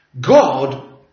God